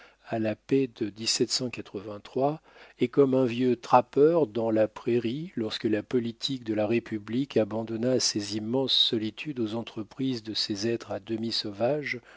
à la paix de et comme un vieux trappeur dans la prairie lorsque la politique de la république abandonna ces immenses solitudes aux entreprises de ces êtres à demi sauvages